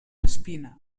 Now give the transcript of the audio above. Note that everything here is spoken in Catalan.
espina